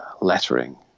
lettering